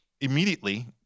immediately